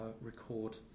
record